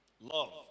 love